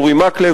אורי מקלב,